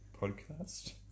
Podcast